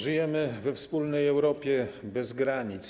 Żyjemy we wspólnej Europie bez granic.